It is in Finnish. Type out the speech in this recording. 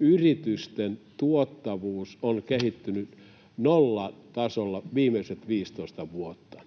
yritysten tuottavuus on kehittynyt nollatasolla viimeiset viisitoista vuotta.